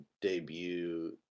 debut